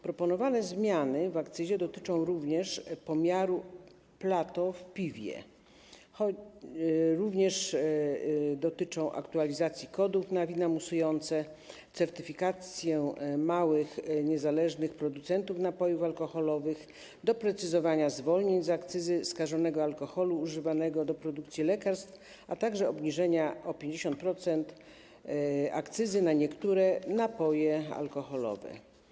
Proponowane zmiany w akcyzie dotyczą również pomiaru Plato w piwie, aktualizacji kodów na wina musujące, certyfikacji małych, niezależnych producentów napojów alkoholowych, doprecyzowania zwolnień z akcyzy skażonego alkoholu używanego do produkcji lekarstw, a także obniżenia o 50% akcyzy na niektóre napoje alkoholowe.